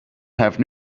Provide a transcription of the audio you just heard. have